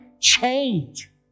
change